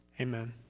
amen